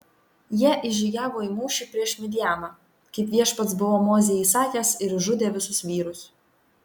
jie išžygiavo į mūšį prieš midjaną kaip viešpats buvo mozei įsakęs ir išžudė visus vyrus